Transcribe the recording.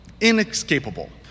inescapable